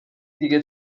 دیگه